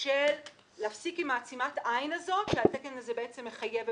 של להפסיק עם עצימת העין הזאת שהתקן הזה מחייב.